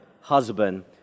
husband